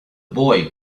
boy